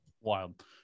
wild